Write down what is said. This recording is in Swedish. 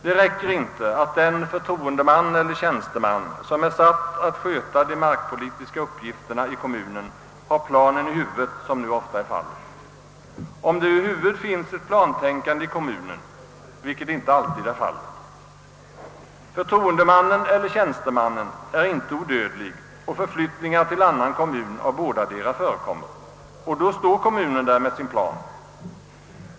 Det räcker inte att den förtroendeman eller tjänsteman som är satt att handha de markpolitiska uppgifterna i kommunen har planen i huvudet, som nu ofta är fallet, om det över huvud taget finns något plantänkande i kommunen, vilket inte alltid är förhållandet. Förtroendemannen eller tjänstemannen är inte odödlig, och förflyttningar till annan kommun av bådadera förekommer. Och då står kommunen där med sin plan.